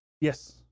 yes